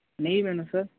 நெய் வேணும் சார்